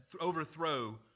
overthrow